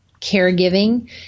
caregiving